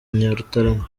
nyarutarama